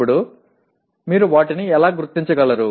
ఇప్పుడు మీరు వాటిని ఎలా గుర్తించగలరు